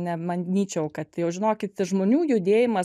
nemanyčiau kad jau žinokit žmonių judėjimas